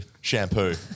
Shampoo